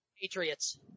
Patriots